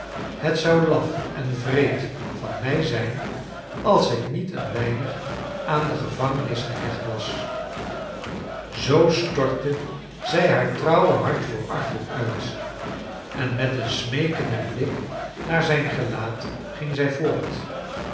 het i zou laf en wreed van mij zijn als i ik niet een weinig aan de gevangenis gehecht was zoo stortte zij haar trouwe hart j voor arthur uit en met een smee kenden blik naar zijn gelaat ging j zij voort